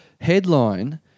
Headline